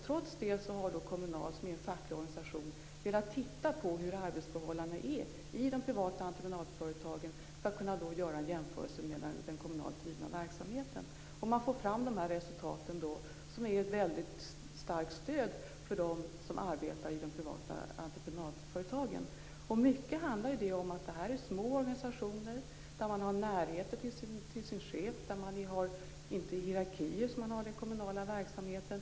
Trots det har Kommunal, som ju är en facklig organisation, velat titta på hur arbetsförhållandena är i de privata entreprenadföretagen; detta för att kunna göra en jämförelse med den kommunalt drivna verksamheten. Man får då fram resultat som är ett väldigt starkt stöd för dem som arbetar i privata entreprenadföretag. I stor utsträckning handlar det om små organisationer där man har närhet till sin chef och där man inte har samma hierarkier som i den kommunala verksamheten.